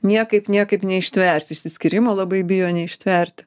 niekaip niekaip neištversi išsiskyrimo labai bijo neištverti